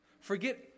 Forget